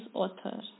author